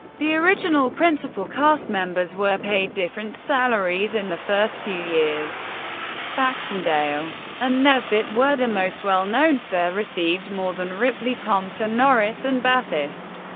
the original principal cast members were paid different salaries in the first few years baxendale and nesbitt were the most well-known, so received more than ripley, thomson, norris and bathurst,